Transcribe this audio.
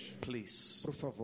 Please